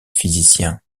physicien